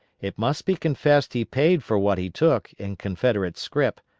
it must be confessed he paid for what he took in confederate scrip,